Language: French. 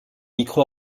micro